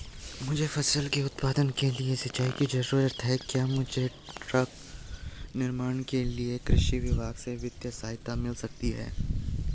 मुझे फसल के उत्पादन के लिए सिंचाई की जरूरत है क्या मुझे टैंक निर्माण के लिए कृषि विभाग से वित्तीय सहायता मिल सकती है?